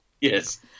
Yes